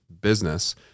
business